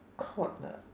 caught ah